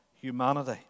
humanity